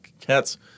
Cats